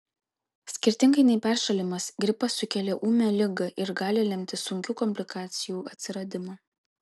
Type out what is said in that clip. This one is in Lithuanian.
skirtingai nei peršalimas gripas sukelia ūmią ligą ir gali lemti sunkių komplikacijų atsiradimą